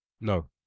No